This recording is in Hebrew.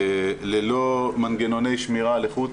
ללא מנגנוני שמירה על איכות,